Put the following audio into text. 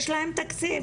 יש להם תקציב,